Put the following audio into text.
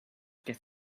get